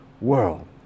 world